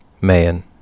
Mayan